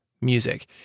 music